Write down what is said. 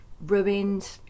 ruined